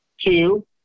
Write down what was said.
Two